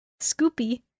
Scoopy